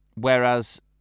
Whereas